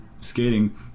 skating